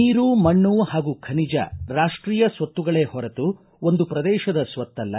ನೀರು ಮಣ್ಣು ಹಾಗೂ ಖನಿಜ ರಾಷ್ಟೀಯ ಸ್ವತ್ತುಗಳೇ ಹೊರತು ಒಂದು ಪ್ರದೇಶದ ಸ್ವತ್ತಲ್ಲ